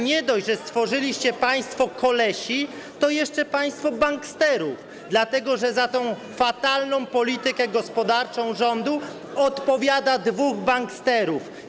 Nie dość, że stworzyliście państwo kolesiów, to jeszcze państwo banksterów, dlatego że za tę fatalną politykę gospodarczą rządu odpowiada dwóch banksterów.